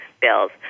bills